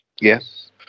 Yes